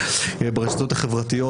ברשתות החברתיות,